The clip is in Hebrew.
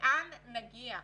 לאן נגיע?